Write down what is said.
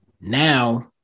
Now